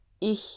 Ich